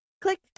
Click